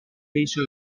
peso